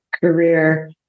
career